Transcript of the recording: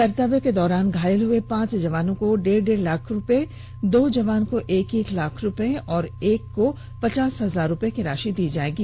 कर्तव्य के दौरान घायल हुए पांच जवानों को डेढ़ डेढ़ लाख रुपए दो जवान को एक एक लाख रुपए और एक जवान को पचास हजार रुपए की राशि दी जाएगी